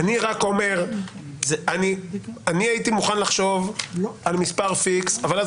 אני הייתי מוכן לחשוב על מספר פיקס אבל אז